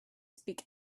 speak